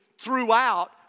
throughout